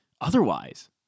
Otherwise